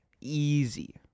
Easy